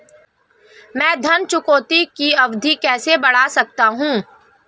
मैं ऋण चुकौती की अवधि कैसे बढ़ा सकता हूं?